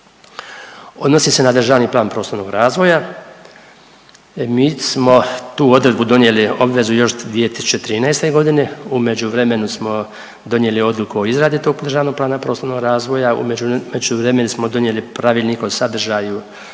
odnosi se na državni plan prostornog razvoja. Mi smo tu odredbu donijeli obvezu još 2013.g. u međuvremenu smo donijeli odluku o izradi tog državnog plana prostornog razvoja, u međuvremenu smo donijeli pravilnik o sadržaju